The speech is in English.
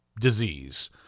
disease